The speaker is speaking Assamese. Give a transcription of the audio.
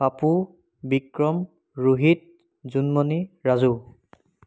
পাপু বিক্ৰম ৰোহিত জোনমণি ৰাজু